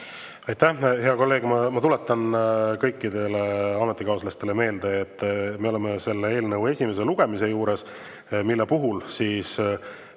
Aitäh! Hea kolleeg, ma tuletan kõikidele ametikaaslastele meelde, et me oleme selle eelnõu esimese lugemise juures, mille puhul Riigikogu